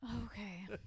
Okay